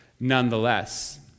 nonetheless